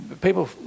People